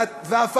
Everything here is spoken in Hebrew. ואז,